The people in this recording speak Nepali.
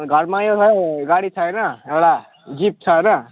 घरमा यो हो गाडी छैन एउटा जिप छ होइन